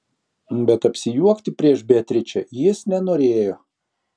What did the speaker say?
bet apsijuokti prieš beatričę jis nenorėjo